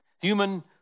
Human